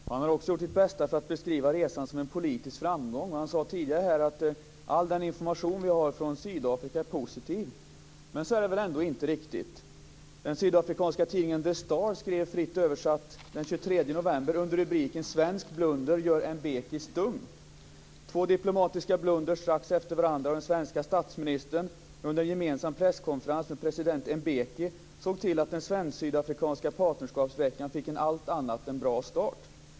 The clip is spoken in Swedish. Herr talman! Statsministern svär sig fri från ansvar för de organisatoriska bristerna i samband med Sydafrikasatsningen. Han har också gjort sitt bästa för att beskriva resan som en politisk framgång. Han sade tidigare här att all den information som vi har från Sydafrika är positiv, men så är det väl ändå inte riktigt. Den sydafrikanska tidningen The Star skrev fritt översatt den 23 november under rubriken Svensk blunder gör Mbeki stum: Två diplomatiska blunders strax efter varandra av den svenska statsministern under en gemensam presskonferens med president Mbeki såg till att den svensk-sydafrikanska partnerskapsveckan fick en allt annan än bra start.